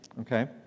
Okay